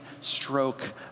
stroke